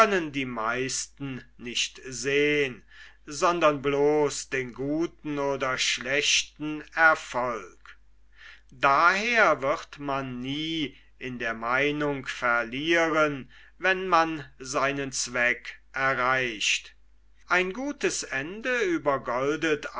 die meisten nicht sehn sondern bloß den guten oder schlechten erfolg daher wird man nie in der meinung verlieren wenn man seinen zweck erreicht ein gutes ende